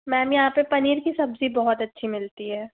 ma'am यहाँ पे पनीर की सब्जी बहुत अच्छी मिलती है